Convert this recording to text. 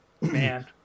Man